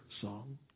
song